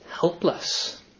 helpless